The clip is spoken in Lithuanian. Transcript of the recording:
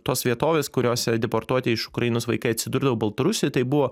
tos vietovės kuriose deportuoti iš ukrainos vaikai atsidurdavo baltarusijoj tai buvo